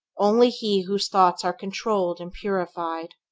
only he whose thoughts are controlled and purified,